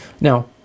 Now